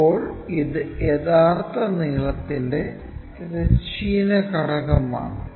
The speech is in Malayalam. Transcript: ഇപ്പോൾ ഇത് യഥാർത്ഥ നീളത്തിന്റെ തിരശ്ചീന ഘടകമാണ്